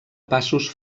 passos